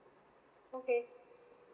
okay